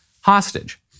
hostage